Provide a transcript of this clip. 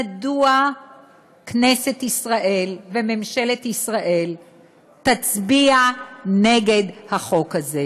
מדוע כנסת ישראל וממשלת ישראל תצביע נגד החוק הזה?